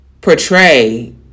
portray